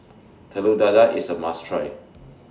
Telur Dadah IS A must Try